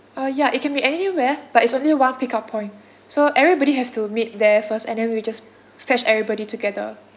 uh ya it can be anywhere but it's only one pick up point so everybody have to meet there first and then we just fetch everybody together